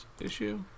issue